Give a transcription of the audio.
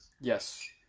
Yes